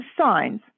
signs